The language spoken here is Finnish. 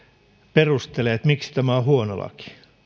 perustelee miksi tämä on huono laki